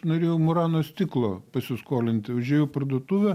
norėjau murano stiklo pasiskolinti užėjau į parduotuvę